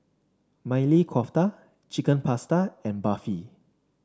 Maili Kofta Chicken Pasta and Barfi